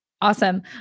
Awesome